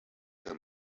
him